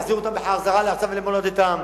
להחזיר אותם לארצם ולמולדתם.